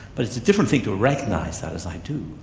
but it's a different thing to recognise that as i do,